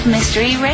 Mystery